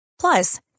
Plus